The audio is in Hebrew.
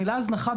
המילה "הזנחה",